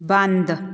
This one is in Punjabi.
ਬੰਦ